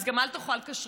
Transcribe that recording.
אז גם אל תאכל כשר.